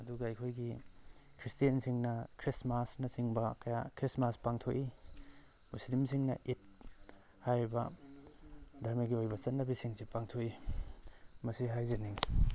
ꯑꯗꯨꯒ ꯑꯩꯈꯣꯏꯒꯤ ꯈ꯭ꯔꯤꯁꯇꯦꯟꯁꯤꯡꯅ ꯈ꯭ꯔꯤꯁꯃꯥꯁꯅ ꯆꯤꯡꯕ ꯀꯌꯥ ꯈ꯭ꯔꯤꯁꯃꯥꯁ ꯄꯥꯡꯊꯣꯛꯏ ꯃꯨꯁꯂꯤꯝꯁꯤꯡꯅ ꯏꯠ ꯍꯥꯏꯔꯤꯕ ꯙꯔꯃꯒꯤ ꯑꯣꯏꯕ ꯆꯠꯅꯕꯤꯁꯤꯡꯁꯦ ꯄꯥꯡꯊꯣꯛꯏ ꯃꯁꯤ ꯍꯥꯏꯖꯅꯤꯡꯏ